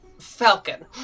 falcon